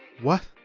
what?